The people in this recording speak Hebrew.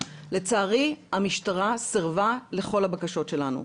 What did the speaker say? לצערי, המשטרה סירבה לכל הבקשות שלנו.